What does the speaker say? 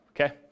okay